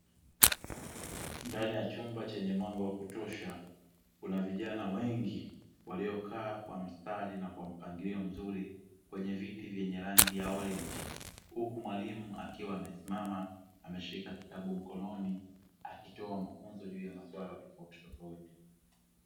Ndani ya chumba chenye mwanga wa kutosha, kuna vijana wengi waliokaa kwa mistari na kwa mpangilio mzuri kwenye viti vyenye rangi ya orenji, huku mwalimu akiwa amesimama ameshika kitabu mkononi, akitoa mafunzo juu ya masuala tofautitofauti.